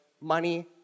money